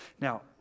Now